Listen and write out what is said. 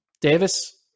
Davis